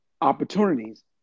opportunities